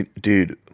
Dude